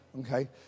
Okay